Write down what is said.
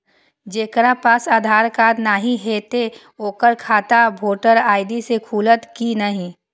जकरा पास आधार कार्ड नहीं हेते ओकर खाता वोटर कार्ड से खुलत कि नहीं?